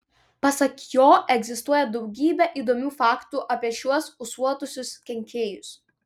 pasak jo egzistuoja daugybė įdomių faktų apie šiuos ūsuotuosius kenkėjus